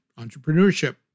entrepreneurship